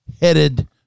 headed